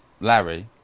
Larry